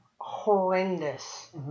horrendous